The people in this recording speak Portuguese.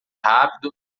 rápido